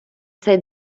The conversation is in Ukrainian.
цей